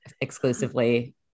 exclusively